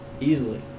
Easily